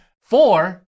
four